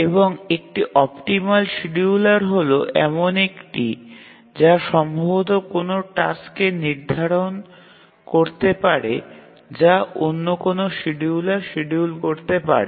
এবং একটি optimal scheduler হল এমন একটি যা সম্ভবত কোনও টাস্ককে নির্ধারণ করতে পারে যা অন্য কোনও শিডিয়ুলার শিডিউল করতে পারে